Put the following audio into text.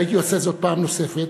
והייתי עושה זאת פעם נוספת,